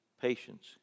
patience